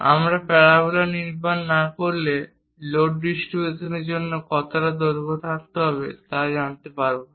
আমরা প্যারাবোলা নির্মাণ না করলে লোড ডিস্ট্রিবিউশনের জন্য কতটা দৈর্ঘ্য থাকতে হবে তা আমরা জানতে পারব না